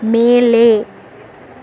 மேலே